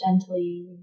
gently